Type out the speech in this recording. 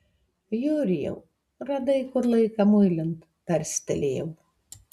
jurijau radai kur laiką muilint tarstelėjau